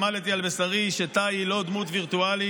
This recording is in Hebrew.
למדתי על בשרי שטאי היא לא דמות וירטואלית,